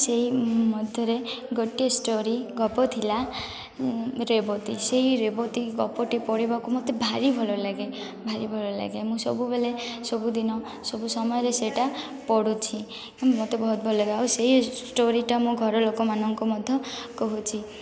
ସେଇ ମଧ୍ୟରେ ଗୋଟିଏ ଷ୍ଟୋରୀ ଗପ ଥିଲା ରେବତୀ ସେଇ ରେବତୀ ଗପଟି ପଢ଼ିବାକୁ ମୋତେ ଭାରି ଭଲ ଲାଗେ ଭାରି ଭଲ ଲାଗେ ମୁଁ ସବୁବେଳେ ସବୁଦିନ ସବୁ ସମୟରେ ସେଇଟା ପଢ଼ୁଛି ମୋତେ ବହୁତ ଭଲ ଲାଗେ ଆଉ ସେଇ ଷ୍ଟୋରୀଟା ମୋ ଘର ଲୋକମାନଙ୍କୁ ମଧ୍ୟ କହୁଛି